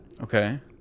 Okay